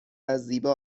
زیبا